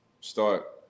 Start